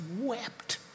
wept